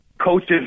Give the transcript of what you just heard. Coaches